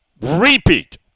repeat